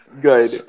Good